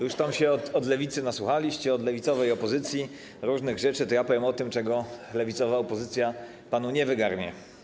Już tam się od Lewicy nasłuchaliście, od lewicowej opozycji różnych rzeczy, to ja powiem o tym, czego lewicowa opozycja panu nie wygarnie.